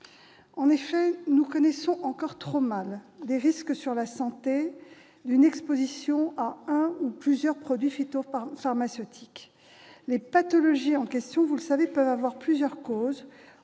En effet, nous connaissons encore trop mal les risques sur la santé d'une exposition à un ou plusieurs produits phytopharmaceutiques. Les pathologies en question, vous le savez, peuvent avoir plusieurs causes.